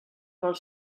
pel